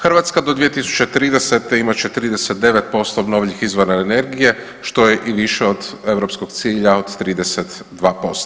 Hrvatska do 2030. imat će 39% obnovljivih izvora energije što je i više od Europskog cilja od 32%